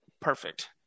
Perfect